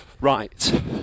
Right